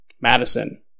Madison